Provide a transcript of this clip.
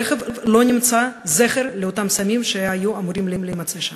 ברכב לא נמצא זכר לאותם סמים שהיו אמורים להימצא שם.